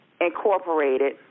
incorporated